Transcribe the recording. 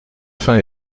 faim